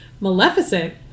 maleficent